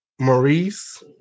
Maurice